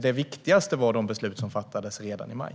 Det viktigaste var de beslut som fattades redan i maj.